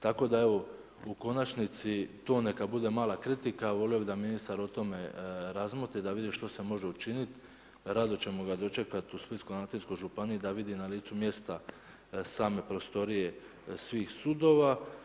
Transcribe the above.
Tako da, evo, u konačnici, to neka bude mala kritika, volio bi da ministar o tome razmotri, da vidi što se može učiniti, rado ćemo ga dočekati u Splitskoj dalmatinskog županiji da vidi na licu mjesta, same prostorije svih sudova.